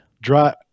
Dry